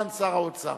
אתה רוצה ועדת כנסת?